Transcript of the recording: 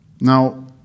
Now